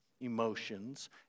emotions